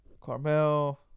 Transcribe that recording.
carmel